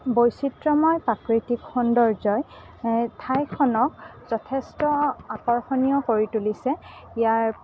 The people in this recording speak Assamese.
বৈচিত্ৰময় প্ৰাকৃতিক সৌন্দৰ্যই ঠাইখনক যথেষ্ট আকৰ্ষণীয় কৰি তুলিছে ইয়াৰ